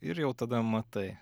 ir jau tada matai